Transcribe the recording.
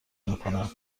میکند